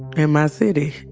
in my city.